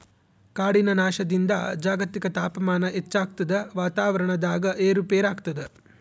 ಕಾಡಿನ ನಾಶದಿಂದ ಜಾಗತಿಕ ತಾಪಮಾನ ಹೆಚ್ಚಾಗ್ತದ ವಾತಾವರಣದಾಗ ಏರು ಪೇರಾಗ್ತದ